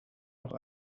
noch